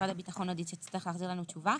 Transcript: משרד הביטחון יצטרך להחזיר לנו תשובה.